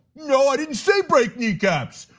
no, i didn't say break kneecaps.